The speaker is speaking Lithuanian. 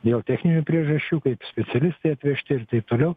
dėl techninių priežasčių kaip specialistai atvežti ir taip toliau